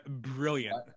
brilliant